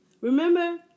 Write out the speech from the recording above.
remember